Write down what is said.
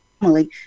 family